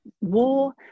war